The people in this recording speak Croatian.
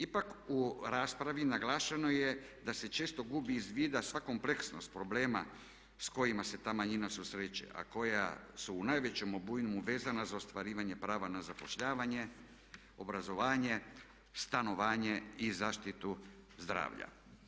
Ipak u raspravi naglašeno je da se često gubi iz vida sva kompleksnost problema s kojima se ta manjina susreće, a koja su u najvećem obujmu vezana za ostvarivanje prava na zapošljavanje, obrazovanje, stanovanje i zaštitu zdravlja.